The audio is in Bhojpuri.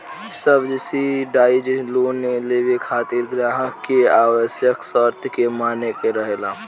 सब्सिडाइज लोन लेबे खातिर ग्राहक के आवश्यक शर्त के माने के रहेला